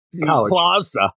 Plaza